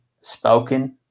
spoken